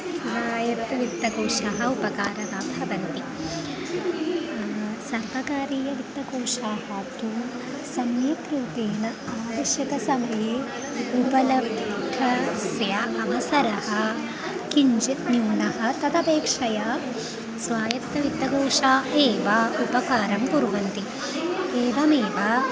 स्वायत्तवित्तकोषाः उपकारकाः भवन्ति सर्वकारीयवित्तकोषाः तु सम्यक् रूपेण आवश्यकसमये उपलब्धास्य अवसरः किञ्चित् न्यूनः तदपेक्षया स्वायत्तवित्तकोषा एव उपकारं कुर्वन्ति एवमेव